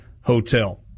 Hotel